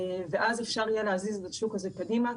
ואז אפשר יהיה להזיז את השוק הזה קדימה.